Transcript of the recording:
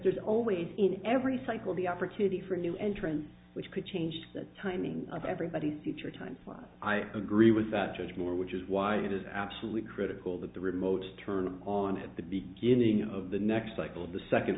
there's always in every cycle the opportunity for new entrants which could change the timing of everybody's future times while i agree with that charge more which is why it is absolutely critical that the remote turn on at the beginning of the next cycle of the second